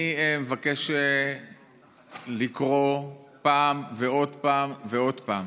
אני מבקש לקרוא פעם ועוד פעם ועוד פעם